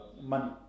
money